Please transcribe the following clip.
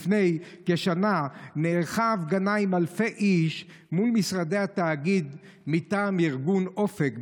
לפני כשנה נערכה הפגנה עם אלפי איש מול משרדי התאגיד מטעם ארגון אופק,